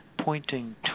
pointing